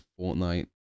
Fortnite